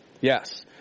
Yes